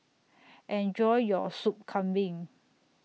Enjoy your Sop Kambing